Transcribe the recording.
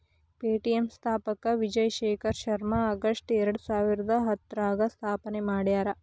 Paytm ಸ್ಥಾಪಕ Vijay Shekhar Sharma August ಎರಡಸಾವಿರದ ಹತ್ತರಾಗ ಸ್ಥಾಪನೆ ಮಾಡ್ಯಾರ